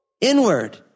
Inward